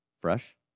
fresh